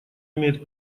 имеет